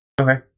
Okay